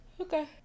Okay